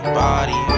body